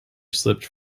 slipped